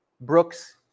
Brooks